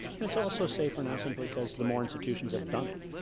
and it's also safer now simply because the more institutions have done it,